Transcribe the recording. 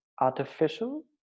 artificial